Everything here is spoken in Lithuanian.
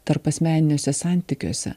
tarpasmeniniuose santykiuose